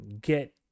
get